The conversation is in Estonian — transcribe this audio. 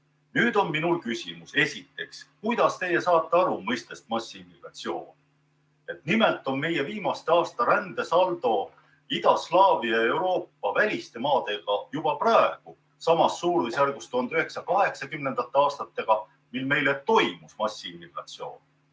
Nüüd on minul küsimus: kuidas teie saate aru mõistest "massiimmigratsioon"? Nimelt on meie viimaste aastate rändesaldo idaslaavi ja Euroopa-väliste maadega juba praegu samas suurusjärgus 1980. aastatega, mil meile toimus massiimmigratsioon.